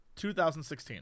2016